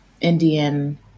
Indian